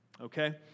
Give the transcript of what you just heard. okay